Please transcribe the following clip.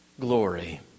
glory